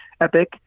epic